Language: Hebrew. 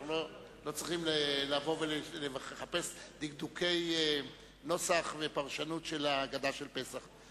אנחנו לא צריכים לחפש דקדוקי נוסח ופרשנות של ההגדה של פסח.